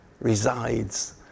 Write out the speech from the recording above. resides